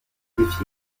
défier